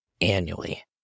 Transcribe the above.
annually